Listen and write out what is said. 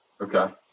Okay